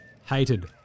hated